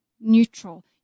neutral